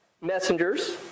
Messengers